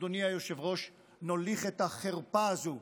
אדוני היושב-ראש, נוליך את החרפה הזו?